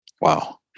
Wow